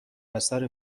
اثر